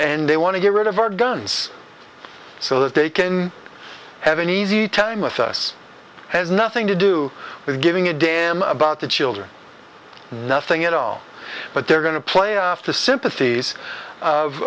and they want to get rid of our guns so that they can have an easy time with us has nothing to do with giving a damn about the children nothing at all but they're going to play off the sympathies